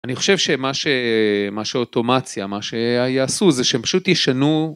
אני חושב שמה שאוטומציה מה ש-AI יעשו זה שהם פשוט ישנו